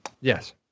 Yes